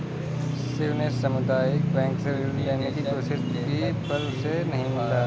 शिव ने सामुदायिक बैंक से ऋण लेने की कोशिश की पर उसे नही मिला